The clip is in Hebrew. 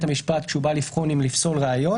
המשפט כשהוא בא לבחון אם לפסול ראיות,